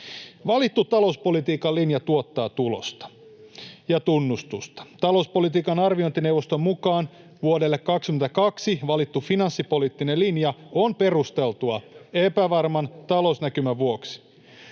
Valittu talouspolitiikan linja tuottaa tulosta ja tunnustusta. Talouspolitiikan arviointineuvoston mukaan vuodelle 22 valittu finanssipoliittinen linja on perusteltu epävarman talousnäkymän vuoksi.